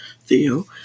Theo